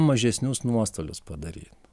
mažesnius nuostolius padaryt